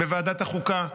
בוועדת החוקה,